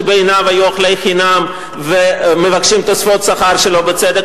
שבעיניו היו אוכלי חינם ומבקשים תוספות שכר שלא בצדק,